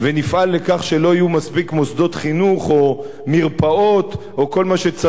שלא יהיו מספיק מוסדות חינוך או מרפאות או כל מה שצריך שיהיה,